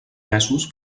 mesos